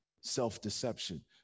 self-deception